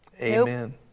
Amen